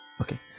Okay